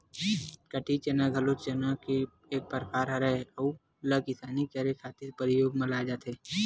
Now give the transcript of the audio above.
कटही चना घलो चना के एक परकार हरय, अहूँ ला किसानी करे खातिर परियोग म लाये जाथे